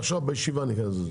עכשיו בישיבה אני אכנס לזה.